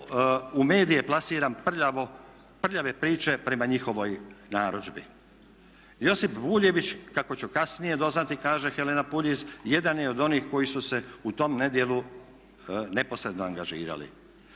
u medije plasiram prljave priče prema njihovoj narudžbi. Josip Buljević kako ću kasnije doznati, kaže Helena Puljiz, jedan je od onih koji su se u tom nedjelu neposredno angažirali.